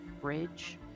bridge